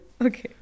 Okay